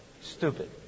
Stupid